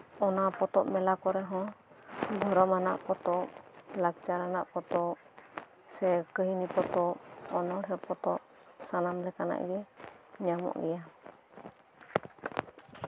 ᱟᱨ ᱚᱱᱟ ᱯᱚᱛᱚᱵ ᱢᱮᱞᱟ ᱠᱚᱨᱮ ᱦᱚᱸ ᱫᱷᱚᱨᱚᱢᱟᱱᱟᱜ ᱯᱚᱛᱚᱵ ᱞᱟᱠᱪᱟᱨ ᱨᱮᱱᱟᱜ ᱯᱚᱛᱚᱵ ᱥᱮ ᱠᱟᱹᱦᱱᱤ ᱯᱚᱛᱚᱵ ᱚᱱᱚᱬᱦᱮᱸ ᱯᱚᱛᱚᱵ ᱥᱟᱱᱟᱢ ᱞᱮᱠᱟᱱᱟᱜ ᱜᱮ ᱧᱟᱢᱚᱜ ᱜᱮᱭᱟ